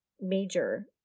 major